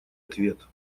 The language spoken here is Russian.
ответ